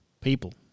people